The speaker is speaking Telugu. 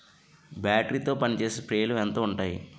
బ్యాటరీ తో పనిచేసే స్ప్రేలు ఎంత ఉంటాయి?